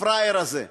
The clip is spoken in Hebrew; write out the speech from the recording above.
הפראייר הזה,